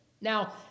Now